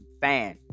fan